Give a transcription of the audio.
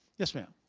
yes, ma'am.